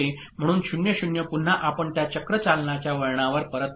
म्हणून 0 0 पुन्हा आपण त्या चक्र चालनाच्या वळणावर परत येऊ